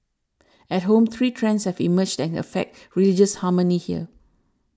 at home three trends have emerged that can affect religious harmony here